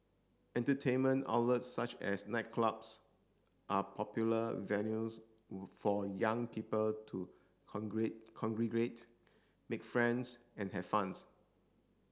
entertainment outlets such as nightclubs are popular venues for young people to congregate make friends and have fun's